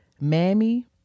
Mammy